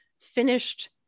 finished